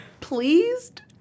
pleased